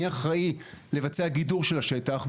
מי אחראי לבצע גידור של השטח,